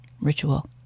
ritual